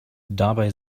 dabei